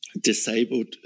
disabled